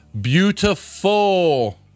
Beautiful